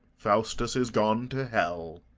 faustus is gone to hell.